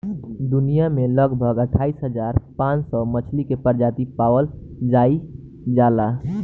दुनिया में लगभग अठाईस हज़ार पांच सौ मछली के प्रजाति पावल जाइल जाला